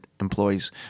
employees